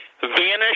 vanish